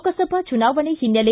ಲೋಕಸಭಾ ಚುನಾವಣೆ ಹಿನ್ನೆಲೆ